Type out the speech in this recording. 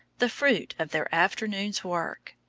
the fruit of their afternoon's work.